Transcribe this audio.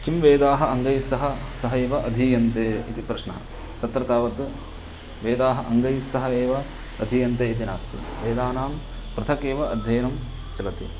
किं वेदाः अङ्गैः सह सह एव अधीयन्ते इति प्रश्नः तत्र तावत् वेदाः अङ्गैस्सह एव अधीयन्ते इति नास्ति वेदानां पृथक् एव अध्ययनं चलति